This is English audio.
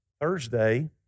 Thursday